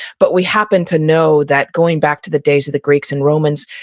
but we happen to know that going back to the days of the greeks and romans,